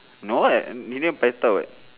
no ah he never paitao [what]